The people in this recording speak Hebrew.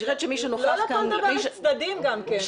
אני חושבת שמי שנוכח כאן --- לא לכל דבר יש צדדים גם כן,